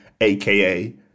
aka